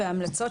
פ/5/25,